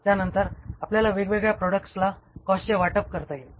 त्यानंतर आपल्याला वेगवेगळ्या प्रॉडक्ट्सला त्या कॉस्टचे वाटप करता येईल